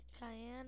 cayenne